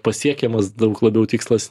pasiekiamas daug labiau tikslas